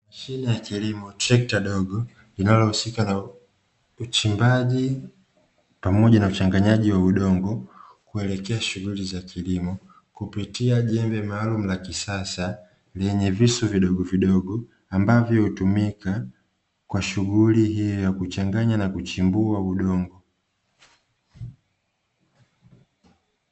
Mashine ya kilimo trekta dogo, linalohusika na uchimbaji pamoja na uchanganyaji wa udongo kuelekea shughuli za kilimo, kupitia jembe maalumu la kisasa lenye visu vidogovidogo ambavyo hutumika kwa shughuli hiyo ya kuchanganya na kuchimbua udongo.